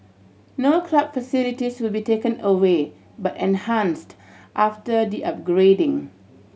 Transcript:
no club facilities will be taken away but enhanced after the upgrading